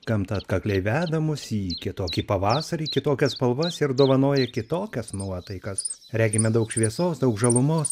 gamta atkakliai veda mus į kitokį pavasarį kitokias spalvas ir dovanoja kitokias nuotaikas regime daug šviesos daug žalumos